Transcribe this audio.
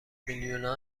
میلیونها